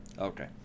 Okay